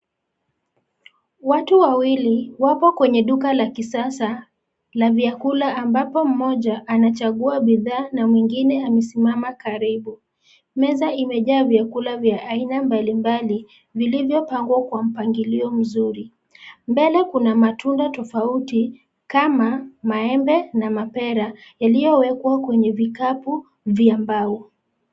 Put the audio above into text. Watu wawili wapo kwenye duka la kisasa, na vyakula ambapo mmoja anachagua bidhaa na mwingine amesimama karibu, meza imejaa vyakula vya aina mbalimbali, vilivyopangwa kwa mpangilio mzuri, mbele kuna matunda tofauti, kama, maembe na mapera, yaliyowekewa kwenye vikapu, vya mbao.